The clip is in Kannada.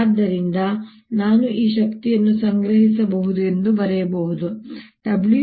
ಆದ್ದರಿಂದ ನಾನು ಈ ಶಕ್ತಿಯನ್ನು ಸಂಗ್ರಹಿಸಬಹುದು ಎಂದು ಬರೆಯಬಹುದು W12I